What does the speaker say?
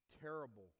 terrible